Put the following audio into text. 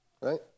right